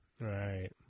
Right